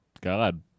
God